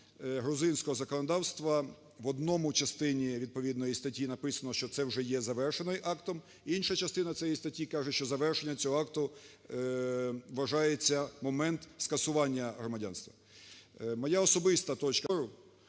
грузинського законодавства, в одній частині відповідної статті написано, що це вже є завершеним актом. Інша частина цієї статті каже, що завершенням цього акту вважається момент скасування громадянства. Моя особиста точка